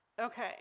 Okay